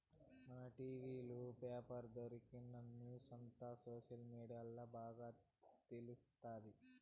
మనకి టి.వీ లు, పేపర్ల దొరకని న్యూసంతా సోషల్ మీడియాల్ల బాగా తెలుస్తాది